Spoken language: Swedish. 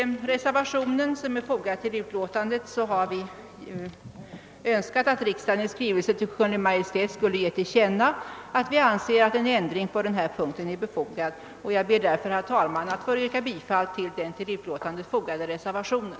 I den reservation som fogats till utlåtandet har vi uttryckt önskemål om att riksdagen i skrivelse till Kungl. Maj:t skulle ge till känna att vi anser en ändring på denna punkt befogad. Herr talman! Jag ber att få yrka bifall till den vid utlåtandet fogade reservationen.